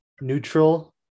neutral